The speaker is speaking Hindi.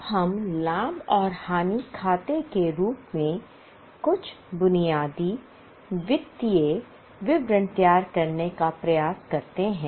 अब हम लाभ और हानि खाते के रूप में कुछ बुनियादी वित्तीय विवरण तैयार करने का प्रयास करते हैं